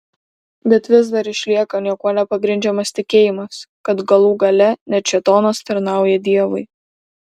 bet vis dar išlieka niekuo nepagrindžiamas tikėjimas kad galų gale net šėtonas tarnauja dievui